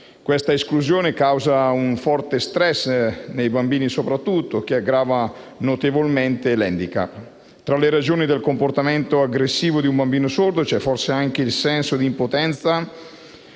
Questa esclusione causa un forte *stress*, soprattutto nei bambini, che aggrava notevolmente l'*handicap*. Tra le ragioni del comportamento aggressivo del bambino sordo c'è forse anche il senso di impotenza